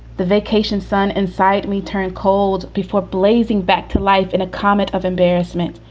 the vacation son inside me turned cold before blazing back to life in a comet of embarrassment.